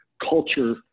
culture